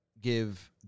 give